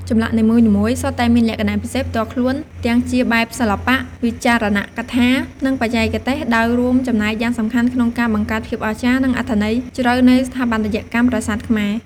ចម្លាក់នីមួយៗសុទ្ធតែមានលក្ខណៈពិសេសផ្ទាល់ខ្លួន ទាំងជាបែបសិល្បៈ វិចារណកថា និងបច្ចេកទេស ដោយរួមចំណែកយ៉ាងសំខាន់ក្នុងការបង្កើតភាពអស្ចារ្យ និងអត្ថន័យជ្រៅនៃស្ថាបត្យកម្មប្រាសាទខ្មែរ។